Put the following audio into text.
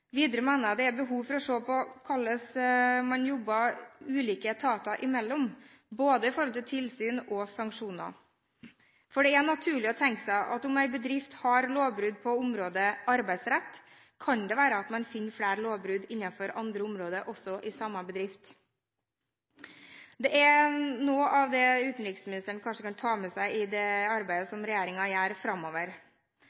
Videre mener jeg det er behov for å se på hvordan ulike etater jobber seg imellom i forbindelse med både tilsyn og sanksjoner. For det er naturlig å tenke seg at om det i en bedrift har foregått lovbrudd på området arbeidsrett, kan det være at det foregår lovbrudd også innenfor andre områder i samme bedrift. Dette er noe av det utenriksministeren kanskje kan ta med seg inn i det arbeidet